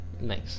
Nice